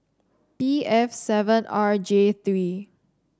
B F seven R J three